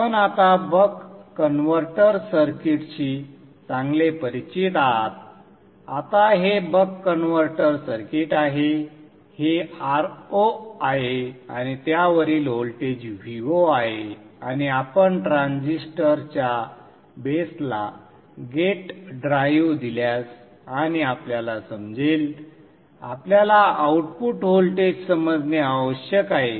आपण आता buck converter सर्किटशी चांगले परिचित आहात आता हे बक कन्व्हर्टर सर्किट आहे हे Ro आहे आणि त्यावरील व्होल्टेज Vo आहे आणि आपण ट्रान्झिस्टरच्या बेसला गेट ड्राइव्ह दिल्यास आणि आपल्याला समजेल आपल्याला आउटपुट व्होल्टेज समजणे आवश्यक आहे